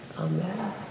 amen